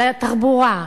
לתחבורה,